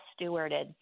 stewarded